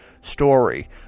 story